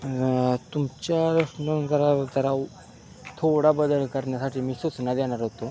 तुमच्या करा तर थोडा बदल करन्यासाठी मी सुच ना देनार होतो